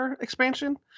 expansion